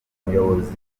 umuyobozi